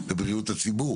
בבריאות הציבור